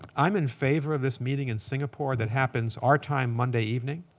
i'm in favor of this meeting in singapore that happens our time monday evening,